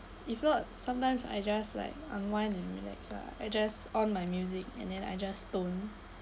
if not sometimes I just like unwind and relax lah I just on my music and then I just don't